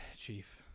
Chief